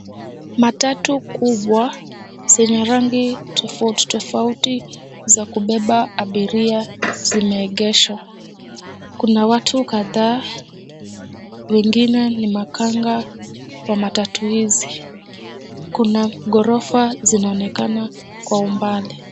Matatu kubwa zenye rangi tofautitofauti za kubeba abiria zimeegeshwa. Kuna watu kadhaa, wengine ni makanga wa matatu hizi. Kuna ghorofa zinaonekana kwa umbali.